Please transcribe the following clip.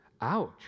Ouch